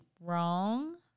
wrong